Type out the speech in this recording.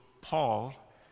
Paul